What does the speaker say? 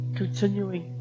continuing